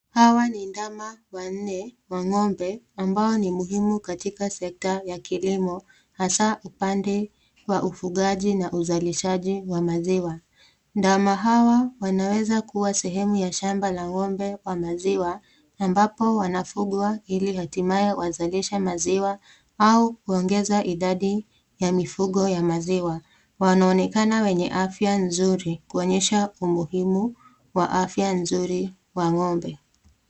Hawa ni ndama wanne wa ngombe ambao ni muhimu katika seksta ya kilimo hasa upande wa uvukachi na usalishachi wa maziwa , ndama hawa wanaweza kuwa sehemu ya shamba la ngombe wa maziwa ambapo wanavukwa hili hatima wasalishe maziwa au kuongeza hidadhi ya miviko ya masiwa wanoonekana wa afya nzuri kuonyesha humuhimu wa afya nzuri wa ngombe.